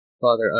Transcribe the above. father